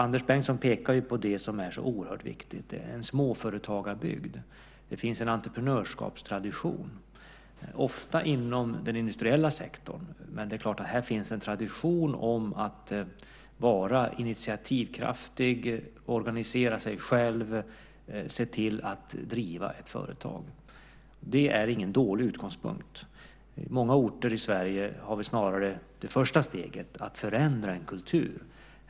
Anders Bengtsson pekar på det som är så oerhört viktigt, att det är en småföretagarbygd. Det finns en entreprenörskapstradition, ofta inom den industriella sektorn. Det finns en tradition av att vara initiativkraftig, att organisera sig själv, se till att driva ett företag. Det är ingen dålig utgångspunkt. Många orter i Sverige har snarare det första steget, att förändra en kultur.